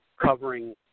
covering